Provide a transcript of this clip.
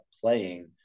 playing